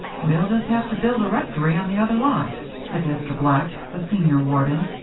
we'll just have to build a rectory on the other lot, said mr. black, the senior warden.